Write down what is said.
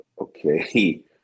okay